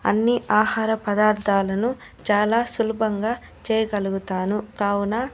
అన్నీ ఆహార పదార్థాలను చాలా సులభంగా చేయగలుగుతాను కావున